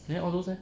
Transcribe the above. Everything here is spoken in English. then all those eh